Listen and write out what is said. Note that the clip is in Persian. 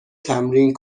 تمرین